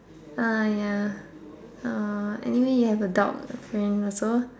uh ya uh anyway you have a dog friend also